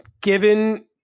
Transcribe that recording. given